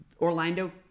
Orlando